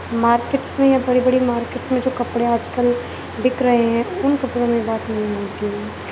markets میں یا بڑی بڑی جو مارکیٹس میں جو کپڑے آج کل بک رہے ہیں ان کپڑوں میں بات نہیں ہوتی ہے